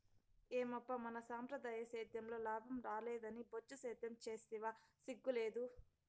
ఏమప్పా మన సంప్రదాయ సేద్యంలో లాభం రాలేదని బొచ్చు సేద్యం సేస్తివా సిగ్గు లేదూ